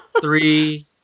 Three